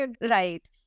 Right